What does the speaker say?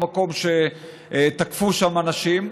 במקום שתקפו שם אנשים.